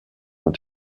ont